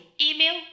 Email